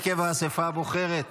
הרכב האספה הבוחרת,